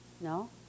no